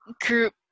group